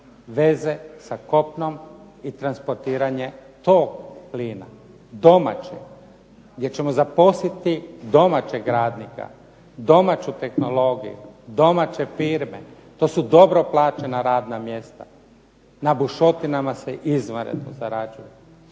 veze sa kopnom i transportiranje tog plina, domaćeg gdje ćemo zaposliti domaćeg radnika, domaću tehnologiju, domaće firme. To su dobro plaćena radna mjesta. Na bušotinama se izvanredno zarađuje.